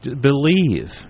Believe